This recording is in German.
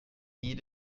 nie